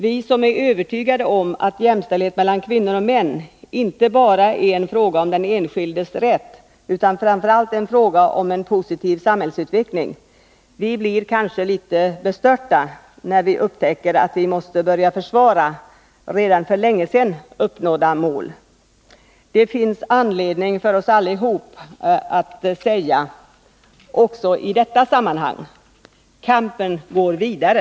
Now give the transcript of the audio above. Vi som är övertygade om att jämställdhet mellan kvinnor och män inte bara är en fråga om den enskildes rätt utan framför allt en fråga om en positiv samhällsutveckling blir kanske litet bestörta, när vi upptäcker att vi måste börja försvara redan för länge sedan uppnådda mål. Det finns anledning för oss alla att säga också i detta sammanhang: Kampen går vidare.